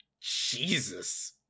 Jesus